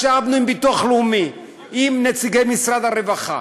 ישבנו עם הביטוח הלאומי, עם נציגי משרד הרווחה,